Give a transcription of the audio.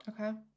okay